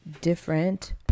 different